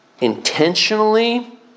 intentionally